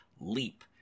leap